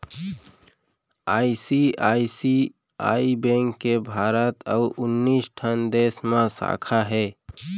ICICI bank के भारत अउ उन्नीस ठन देस म साखा हे